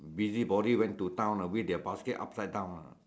busybody went to town ah with their basket upside down lah